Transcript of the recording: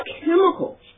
chemicals